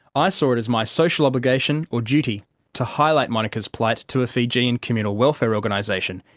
i saw it as my social obligation or duty to highlight monika's plight to a fijian communal welfare organisation,